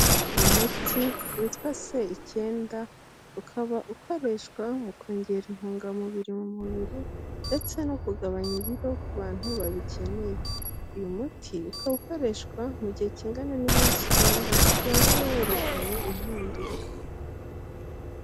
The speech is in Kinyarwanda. Umuti witwa se icyenda, ukaba ukoreshwa mu kongera intungamubiri mu mubiri ndetse no kugabanya ibiro ku bantu babikeneye, uyu muti ukaba ukoreshwa mu gihe kingana n'iminsi icyenda kugira uba werekanye impinduka.